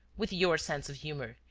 with your sense of humour,